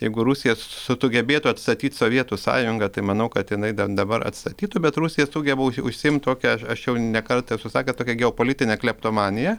jeigu rusija su sugebėtų atstatyt sovietų sąjungą tai manau kad jinai da dabar atstatytų bet rusija sugeba už užsiimt tokia aš aš jau ne kartą esu sakęs tokia geopolitinė kleptomanija